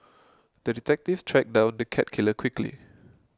the detective tracked down the cat killer quickly